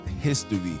history